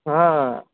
હાં